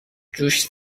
جوش